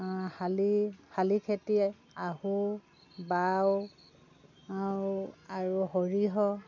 শালি শালি খেতিয়ে আহু বাও আও আৰু সৰিহ'